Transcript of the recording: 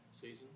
season